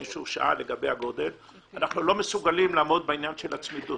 אנחנו לא מסוגלים לעמוד בעניין הצמידות.